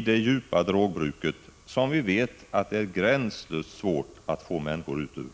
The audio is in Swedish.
det djupa drogbruket som vi vet att det är gränslöst svårt att få människor ut ur?